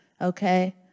okay